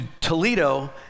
Toledo